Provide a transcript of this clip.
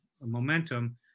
momentum